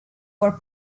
were